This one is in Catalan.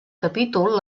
capítol